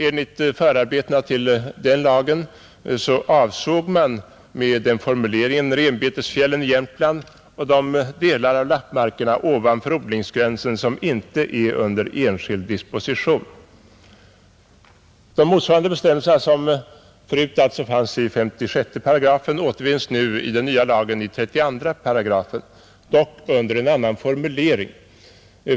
Enligt förarbetena till den lagen avsåg man med denna formulering renbetesfjällen i Jämtland och de delar av lappmarkerna ovanför odlingsgränsen som inte är under enskild disposition. De motsvarande bestämmelserna, som förut alltså fanns i 56 §, återfinns i den nya lagen i 32 8, dock under en annan formulering.